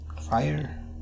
fire